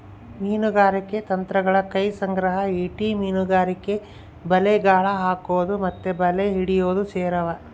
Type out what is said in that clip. ಮೀನುಗಾರಿಕೆ ತಂತ್ರಗುಳಗ ಕೈ ಸಂಗ್ರಹ, ಈಟಿ ಮೀನುಗಾರಿಕೆ, ಬಲೆ, ಗಾಳ ಹಾಕೊದು ಮತ್ತೆ ಬಲೆ ಹಿಡಿಯೊದು ಸೇರಿವ